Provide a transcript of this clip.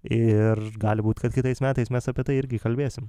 ir gali būti kad kitais metais mes apie tai irgi kalbėsim